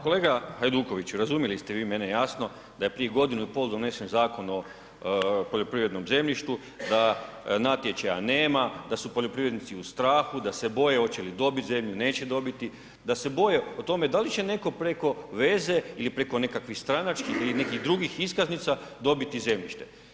Kolega Hajdukoviću, razumjeli ste vi mene jasno da je prije godinu i pol donesen Zakon o poljoprivrednom zemljištu, da natječaja nema, da su poljoprivrednici u strahu, da se boje hoće li dobiti zemlju, neće dobiti, da se boje o tome da li će netko preko veze ili preko nekakvih stranačkih ili nekih drugih iskaznica dobiti zemljište.